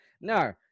No